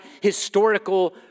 historical